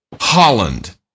Holland